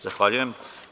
Zahvaljujem.